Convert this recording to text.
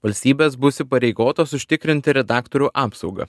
valstybės bus įpareigotos užtikrinti redaktorių apsaugą